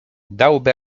dałby